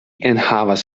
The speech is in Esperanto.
enhavas